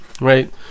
right